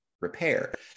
repair